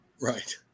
Right